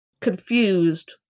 confused